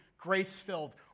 grace-filled